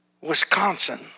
Wisconsin